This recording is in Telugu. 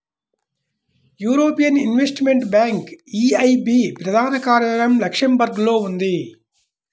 యూరోపియన్ ఇన్వెస్టిమెంట్ బ్యాంక్ ఈఐబీ ప్రధాన కార్యాలయం లక్సెంబర్గ్లో ఉంది